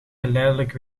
geleidelijk